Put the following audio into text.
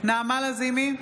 נעמה לזימי,